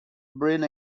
bring